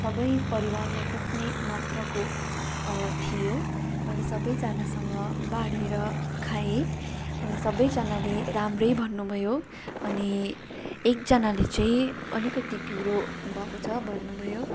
सबै परिवारलाई पुग्ने मात्राको थियो मैले सबैजनासँग बाँढेर खाएँ अनि सबैजनाले राम्रै भन्नुभयो अनि एकजनाले चाहिँ अलिकति पिरो भएको छ भन्नुभयो